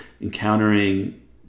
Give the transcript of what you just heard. encountering